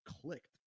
clicked